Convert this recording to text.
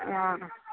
অ